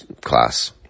class